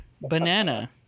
banana